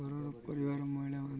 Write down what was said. ଘରର ପରିବାର ମହିଳା ମଧ୍ୟ